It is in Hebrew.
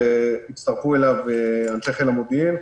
שהצטרפו אליו אנשי חיל המודיעין,